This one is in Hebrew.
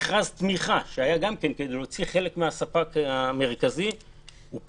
מכרז תמיכה שהיה גם כן כדי להוציא חלק מהספק המרכזי פורסם.